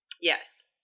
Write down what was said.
Yes